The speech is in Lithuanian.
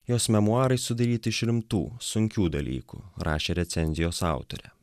jos memuarai sudaryti iš rimtų sunkių dalykų rašė recenzijos autorė